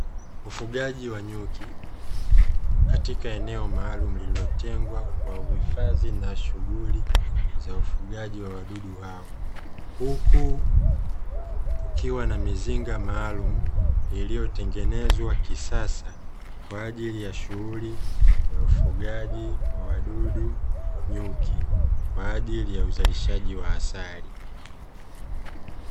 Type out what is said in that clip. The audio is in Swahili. Ufugaji wa nyuki, katika eneo maalum lililotengwa kwa uhifadhi na shughuli za ufugaji wa wadudu hao. Huku kukiwa na mizinga maalumu iliyotengenezwa kisasa, kwa ajili ya shughuli ya ufugaji wa wadudu nyuki, kwa ajili ya uzalishaji wa asali.